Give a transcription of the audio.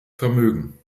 vermögen